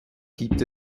gibt